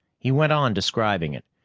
he went on describing it.